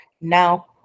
now